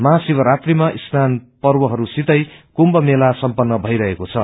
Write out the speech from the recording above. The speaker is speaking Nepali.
महाशिवरात्रिमा स्नान पर्वहरूसितै कम्म मेला सम्पनन भईरहेको छ